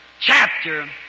chapter